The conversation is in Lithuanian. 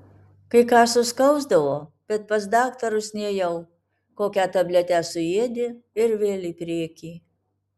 kai ką suskausdavo bet pas daktarus nėjau kokią tabletę suėdi ir vėl į priekį